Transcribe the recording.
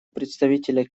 представителя